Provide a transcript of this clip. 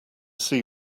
see